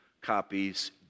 copies